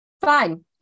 fine